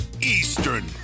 Eastern